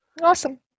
Awesome